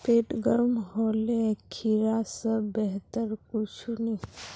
पेट गर्म होले खीरा स बेहतर कुछू नी